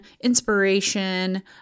inspiration